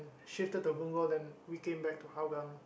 shifted to Punggol then we came back to Hougang